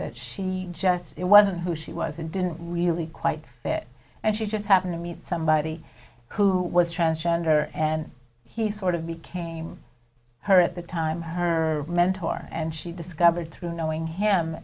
that she just it wasn't who she was and didn't really quite fit and she just happened to meet somebody who was transgender and he sort of became her at the time her mentor and she discovered through knowing him